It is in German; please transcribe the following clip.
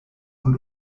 und